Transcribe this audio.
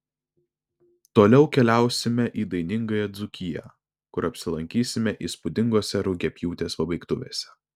toliau keliausime į dainingąją dzūkiją kur apsilankysime įspūdingose rugiapjūtės pabaigtuvėse